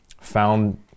found